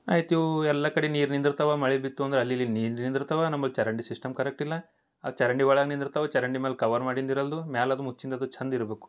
ಆಯ್ತು ಇವೂ ಎಲ್ಲ ಕಡೆ ನೀರು ನಿಂದಿರ್ತಾವ ಮಳೆ ಬಿತ್ತು ಅಂದ್ರ ಅಲ್ಲಿಲ್ಲಿ ನೀರು ನಿಂದಿರ್ತಾವ ನಮ್ಮಲ್ಲಿ ಚರಂಡಿ ಸಿಸ್ಟಮ್ ಕರೆಕ್ಟ್ ಇಲ್ಲ ಆ ಚರಂಡಿ ಒಳಗ ನಿಂದಿರ್ತಾವು ಚರಂಡಿ ಮೇಲೆ ಕವರ್ ಮಾಡಿಂದಿರಲ್ದು ಮ್ಯಾಲದು ಮುಚ್ಚಿಂದದು ಚಂದ ಇರ್ಬಕು